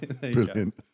Brilliant